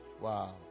Wow